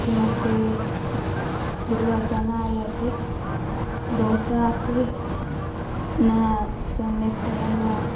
किमपि दुर्वासना आयाति दोसा अपि न सम्यक्तया न